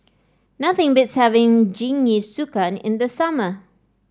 nothing beats having Jingisukan in the summer